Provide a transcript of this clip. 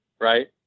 right